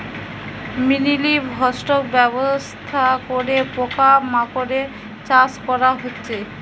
mini livestock ব্যবস্থা করে পোকা মাকড়ের চাষ করা হচ্ছে